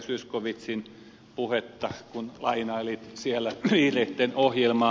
zyskowiczin puhetta kun hän lainaili siellä vihreiden ohjelmaa